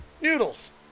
noodles